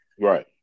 right